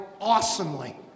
awesomely